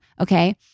Okay